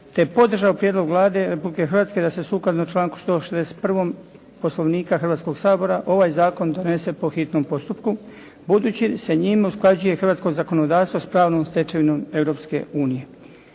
te podržao prijedlog Vlade Republike Hrvatske da se sukladno članku 161. Poslovnika Hrvatskog sabora ovaj zakon donese po hitnom postupku budući se njime usklađuje hrvatsko zakonodavstvo s pravnom stečevinom